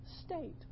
state